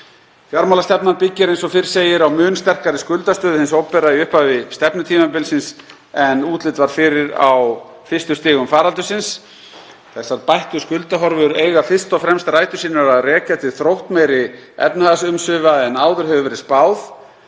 Fjármálastefnan byggir eins og fyrr segir á mun sterkari skuldastöðu hins opinbera í upphafi stefnutímabilsins en útlit var fyrir á fyrstu stigum faraldursins. Þessar bættu skuldahorfur eiga fyrst og fremst rætur sínar að rekja til þróttmeiri efnahagsumsvifa en áður hefur verið